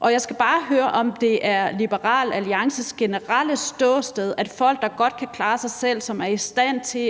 og jeg skal bare høre, om det er Liberal Alliances generelle ståsted, at folk, der godt kan klare sig selv, og som er i stand til